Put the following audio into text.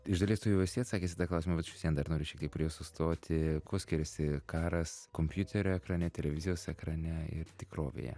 iš dalies tu jau esi atsakęs į tą klausimą bet aš vis vien dar noriu šiek tiek prie jo sustoti kuo skiriasi karas kompiuterio ekrane televizijos ekrane ir tikrovėje